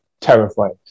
terrifying